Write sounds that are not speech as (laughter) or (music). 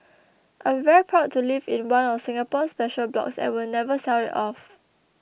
(noise) I'm very proud to live in one of Singapore's special blocks and will never sell it off